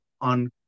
on